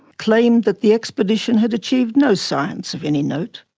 claimed that the expedition had achieved no science of any note.